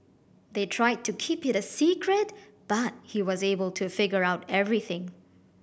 they tried to keep it a secret but he was able to figure out everything